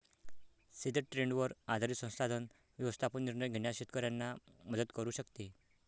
सिद्ध ट्रेंडवर आधारित संसाधन व्यवस्थापन निर्णय घेण्यास शेतकऱ्यांना मदत करू शकते